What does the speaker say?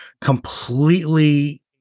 completely